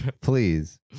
please